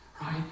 Right